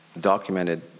documented